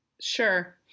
Sure